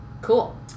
Cool